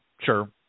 Sure